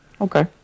Okay